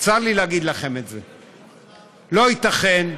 צר לי להגיד לכם את זה, לא ייתכן,